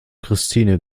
christine